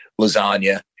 lasagna